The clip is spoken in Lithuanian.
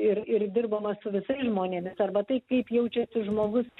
ir ir dirbama su visais žmonėmis arba tai kaip jaučiasi žmogus